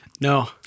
no